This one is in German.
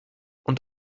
und